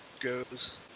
goes